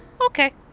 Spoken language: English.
Okay